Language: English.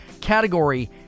category